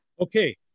okay